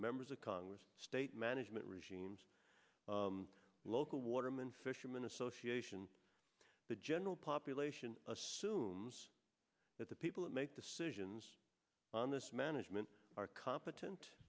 members of congress state management regimes local watermen fishermen association the general population assumes that the people that make decisions on this management are competent